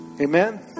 Amen